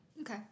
Okay